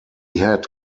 had